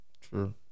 True